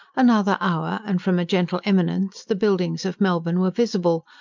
another hour, and from a gentle eminence the buildings of melbourne were visible,